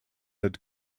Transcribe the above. had